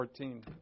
14